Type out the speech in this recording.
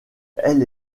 elle